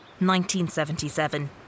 1977